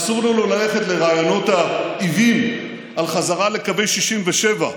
אסור לנו ללכת לרעיונות העוועים על חזרה לקווי 67',